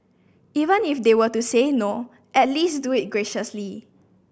even if they were to say no at least do it graciously